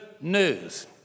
news